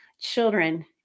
children